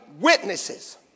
witnesses